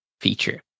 feature